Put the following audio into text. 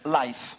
life